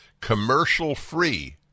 commercial-free